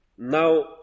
Now